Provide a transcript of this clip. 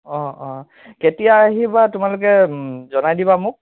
অঁ অঁ কেতিয়া আহিবা তোমালোকে জনাই দিবা মোক